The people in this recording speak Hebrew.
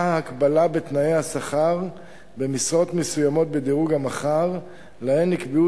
הקבלה בתנאי השכר במשרות מסוימות בדירוג המח"ר שלהן נקבעו